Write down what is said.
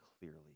clearly